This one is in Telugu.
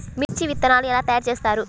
మిర్చి విత్తనాలు ఎలా తయారు చేస్తారు?